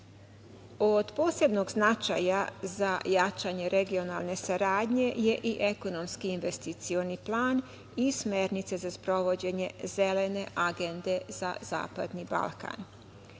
posebnog značaja za jačanje regionalne saradnje je i ekonomski investicioni plan i smernice za sprovođenje „Zelene agende“ za zapadni Balkan.